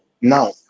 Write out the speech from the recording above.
now